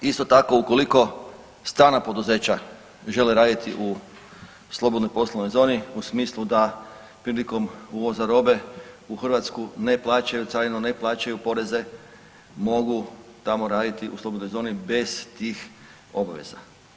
Isto tako ukoliko strana poduzeća žele raditi u slobodnoj poslovnoj zoni u smislu da prilikom uvoza robe u Hrvatsku ne plaćaju carinu, ne plaćaju poreze, mogu tamo raditi u slobodnoj zoni bez tih obaveza.